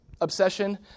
obsession